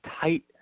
tight